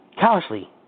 callously